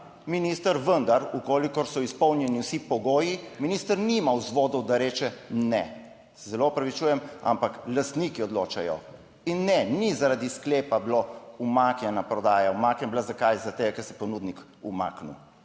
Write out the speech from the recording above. minister, vendar v kolikor so izpolnjeni vsi pogoji minister nima vzvodov, da reče, ne. Se zelo opravičujem, ampak lastniki odločajo. In ne, ni zaradi sklepa bila umaknjena prodaja, umaknjen bila zakaj? Zaradi tega, ker se je ponudnik umaknil,